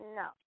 no